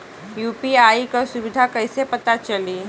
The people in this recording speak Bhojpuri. यू.पी.आई क सुविधा कैसे पता चली?